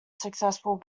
successful